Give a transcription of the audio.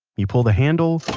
you pull the handle,